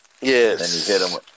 Yes